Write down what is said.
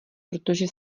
protože